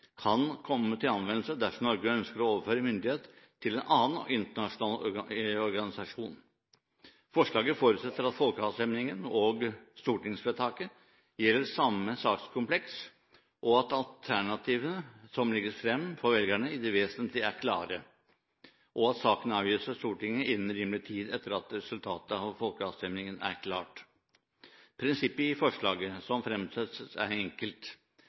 kan komme til anvendelse dersom Norge ønsker å overføre myndighet til en annen internasjonal organisasjon. Forslaget forutsetter at folkeavstemningen og stortingsvedtaket gjelder samme sakskompleks, at de alternativer som legges frem for velgerne, i det vesentlige er klare, og at saken avgjøres av Stortinget innen rimelig tid etter at resultatet av folkeavstemningen er klart. Prinsippet i forslaget som fremsettes, er enkelt: